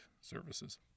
services